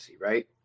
right